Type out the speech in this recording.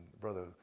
brother